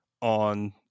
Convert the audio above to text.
on